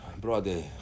brother